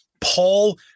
Paul